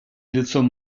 лицом